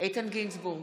איתן גינזבורג,